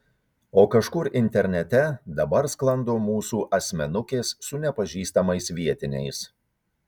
o kažkur internete dabar sklando mūsų asmenukės su nepažįstamais vietiniais